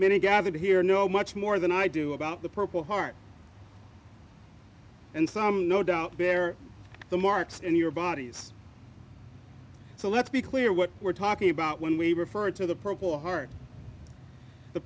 many gathered here know much more than i do about the purple heart and some no doubt bear the marks and your bodies so let's be clear what we're talking about when we refer to the purple heart the